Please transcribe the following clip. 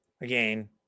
Again